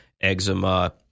eczema